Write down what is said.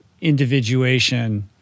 individuation